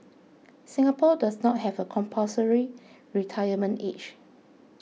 Singapore does not have a compulsory retirement age